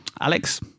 Alex